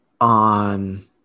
on